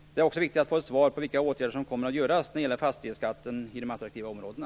Det är också viktigt att få veta vilka åtgärder som kommer att göras när det gäller fastighetsskatten i de attraktiva områdena.